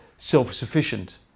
self-sufficient